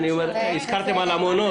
הזכרתם את המעונות.